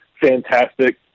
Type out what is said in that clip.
fantastic